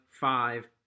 five